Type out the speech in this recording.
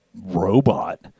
robot